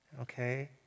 Okay